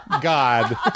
god